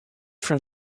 from